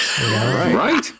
Right